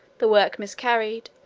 the work miscarried,